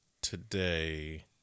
today